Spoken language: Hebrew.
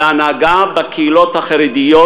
על ההנהגה בקהילות החרדיות,